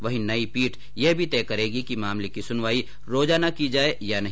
वहीं नई पीठ यह भी तय करेगी कि मामले की सुनवाई रोजाना की जाये या नहीं